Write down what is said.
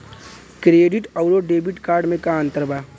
Credit अउरो debit card मे का अन्तर बा?